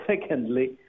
secondly